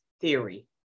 theory